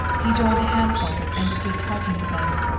he joined a handful and stood talking to them.